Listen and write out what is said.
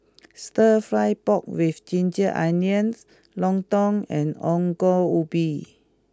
Stir Fry Pork with Ginger Onions Lontong and Ongol Ubi